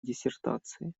диссертации